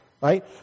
Right